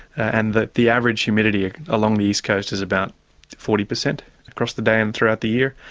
and the the average humidity ah along the east coast is about forty percent across the day and throughout the year,